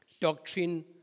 Doctrine